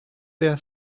there